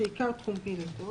אה, שעיקר תחום פעילותו.